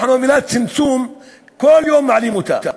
את המילה צמצום אנחנו מעלים בכל יום.